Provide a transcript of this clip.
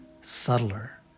subtler